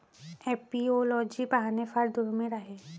apiology पाहणे फार दुर्मिळ आहे